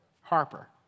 Harper